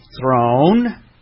Throne